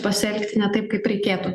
pasielgti ne taip kaip reikėtų